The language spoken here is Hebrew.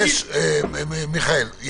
--- מיכאל,